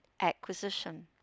Acquisition